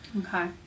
Okay